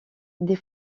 des